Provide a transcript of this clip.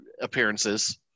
appearances